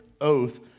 oath